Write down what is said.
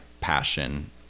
passion